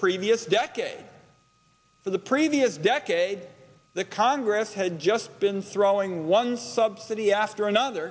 previous decade for the previous decade the congress had just been throwing one subsidy after another